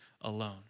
alone